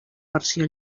versió